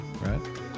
right